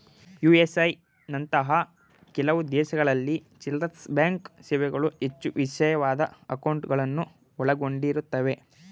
USA ನಂತಹ ಕೆಲವು ದೇಶಗಳಲ್ಲಿ ಚಿಲ್ಲ್ರೆಬ್ಯಾಂಕ್ ಸೇವೆಗಳು ಹೆಚ್ಚು ವಿಶೇಷವಾದ ಅಂಕೌಟ್ಗಳುನ್ನ ಒಳಗೊಂಡಿರುತ್ತವೆ